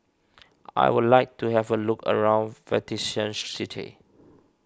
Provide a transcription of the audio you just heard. I would like to have a look around Vatican City